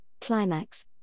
Climax